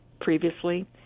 previously